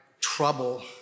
trouble